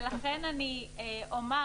ולכן אני אומר,